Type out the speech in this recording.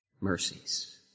mercies